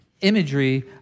imagery